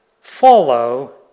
follow